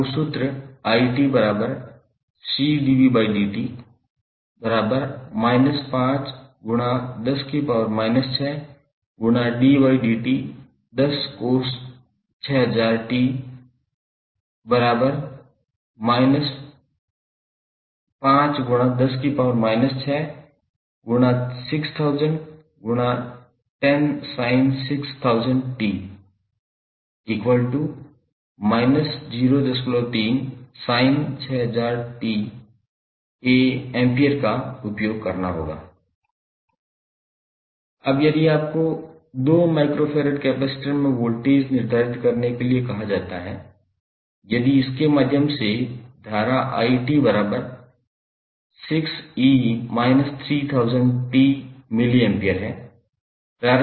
आपको सूत्र 𝑖𝑡𝐶𝑑𝑣𝑑𝑡 5∗10−6∗𝑑𝑑𝑡10cos6000𝑡 −5∗10−6∗6000∗10sin6000𝑡 −03sin6000𝑡 A का उपयोग करना होगा अब यदि आपको 2 𝜇F कैपेसिटर में वोल्टेज निर्धारित करने के लिए कहा जाता है यदि इसके माध्यम से धारा 𝑖𝑡6𝑒−3000𝑡 mA है